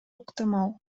ыктымал